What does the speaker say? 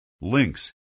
links